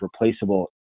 replaceable